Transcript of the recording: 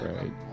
right